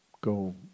go